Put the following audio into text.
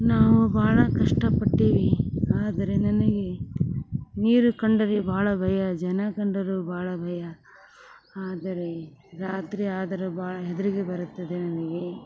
ನಾವು ಭಾಳ ಕಷ್ಟಪಟ್ಟೀವಿ ಆದರೆ ನನಗೆ ನೀರು ಕಂಡರೆ ಭಾಳ ಭಯ ಜನ ಕಂಡರು ಭಾಳ ಭಯ ಆದರೆ ರಾತ್ರಿ ಆದರೆ ಭಾಳ ಹೆದರಿಕೆ ಬರುತ್ತದೆ ನನಗೆ